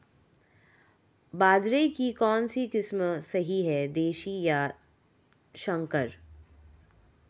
बाजरे की कौनसी किस्म सही हैं देशी या संकर?